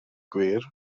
gwir